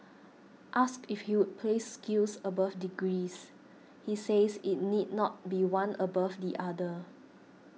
asked if he would place skills above degrees he says it need not be one above the other